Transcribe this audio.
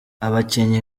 abakinnyi